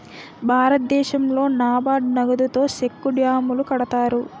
భారతదేశంలో నాబార్డు నగదుతో సెక్కు డ్యాములు కడతారు